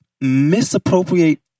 misappropriate